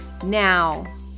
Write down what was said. now